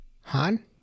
Han